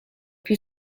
più